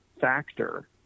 factor